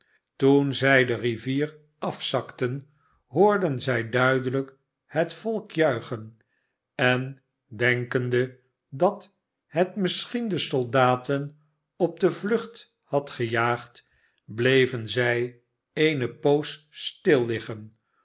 toen zij de rivier afzakten hoorden zij duidelijk het volkjuichen en denkende dat het misschien de soldaten op de vlucht had gejaagd bleven zij eene poos